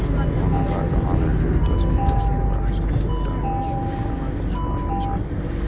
मुनाफा कमाबै लेल दस मादा सुअरक संग एकटा नर सुअर पोसबाक चाही